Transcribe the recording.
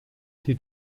die